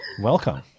welcome